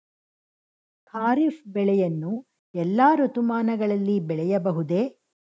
ಖಾರಿಫ್ ಬೆಳೆಯನ್ನು ಎಲ್ಲಾ ಋತುಮಾನಗಳಲ್ಲಿ ಬೆಳೆಯಬಹುದೇ?